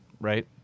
right